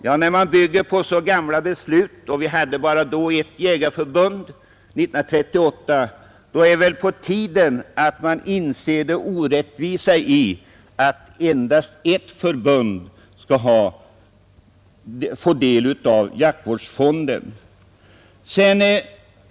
Ja, när man bygger på så gamla beslut — år 1938 hade vi bara ett jägarförbund — är det väl på tiden att man inser det orättvisa i att endast ett förbund skall få del av jaktvårdsfondens medel.